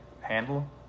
handle